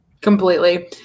Completely